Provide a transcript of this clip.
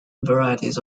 varieties